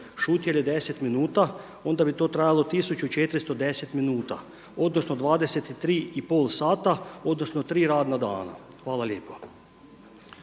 šutjeli deset minuta, onda bi to trajalo 1410 minuta, odnosno 23 i pol sata odnosno tri radna dana. Hvala lijepa.